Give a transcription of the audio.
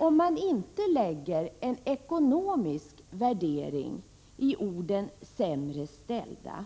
Om man inte lägger in en ekonomisk värdering i orden ”sämre ställda”